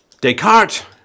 Descartes